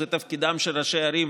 זה תפקידם של ראשי ערים.